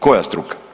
Koja struka?